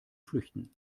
flüchten